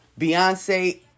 Beyonce